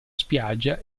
spiaggia